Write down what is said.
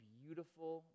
beautiful